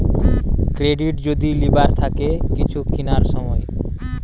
credit যদি লিবার থাকে কিছু কিনার সময়